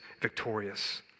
victorious